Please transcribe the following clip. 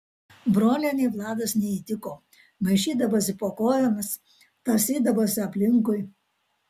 brolienei vladas neįtiko maišydavosi po kojomis tąsydavosi aplinkui